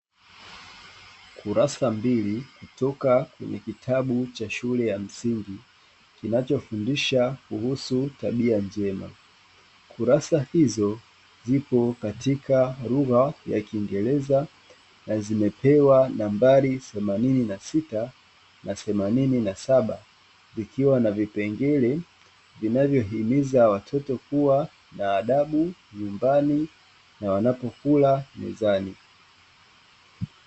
Kurasa mbili toka kwenye kitabu cha shule ya msingi kinachofundisha kuhusu tabia njema, kurasa hizo zipo katika lugha ya kiingereza zimepewa na mandhari mbili semaninini na sita na semanini na saba, ikiwa na vipengele vinavyohimiza watoto kuwa na adabu nyumbani na wanapokula mezani.